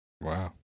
Wow